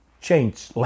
change